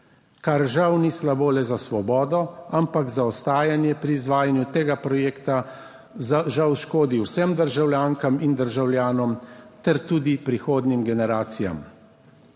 kar žal ni slabo le za Svobodo, ampak zaostajanje pri izvajanju tega projekta žal škodi vsem državljankam in državljanom ter tudi prihodnjim generacijam.